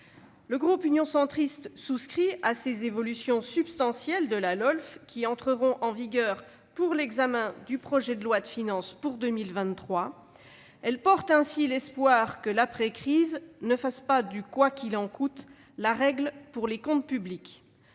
Le groupe Union Centriste souscrit à ces évolutions substantielles de la LOLF, qui s'appliqueront à l'examen du projet de loi de finances pour 2023. Elles laissent espérer que l'après-crise ne fasse pas du « quoi qu'il en coûte » la règle pour les comptes publics.